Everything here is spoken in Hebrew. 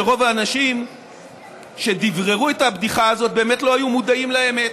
שרוב האנשים שדבררו את הבדיחה הזאת באמת לא היו מודעים לאמת,